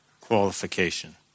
Qualification